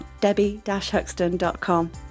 Debbie-Huxton.com